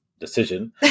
decision